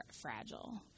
fragile